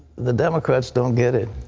the democrats don't get it.